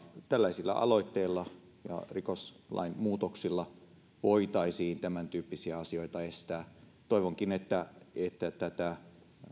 tällaisilla aloitteilla ja rikoslain muutoksilla voitaisiin tämäntyyppisiä asioita estää toivonkin että että tätä